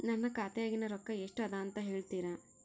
ನನ್ನ ಖಾತೆಯಾಗಿನ ರೊಕ್ಕ ಎಷ್ಟು ಅದಾ ಅಂತಾ ಹೇಳುತ್ತೇರಾ?